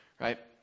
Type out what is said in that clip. right